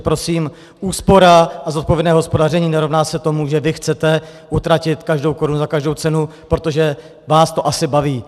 Prosím, úspora a zodpovědné hospodaření nerovná se tomu, že vy chcete utratit každou korunu za každou cenu, protože vás to asi baví.